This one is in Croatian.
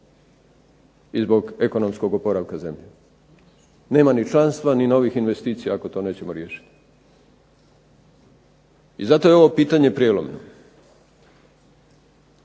i zbog ekonomskom oporavka zemlje. Nema ni članstva ni novih investicija ako to nećemo riješiti i zato je ovo pitanje prijelomno.